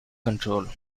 control